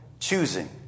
Choosing